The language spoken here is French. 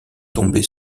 tombait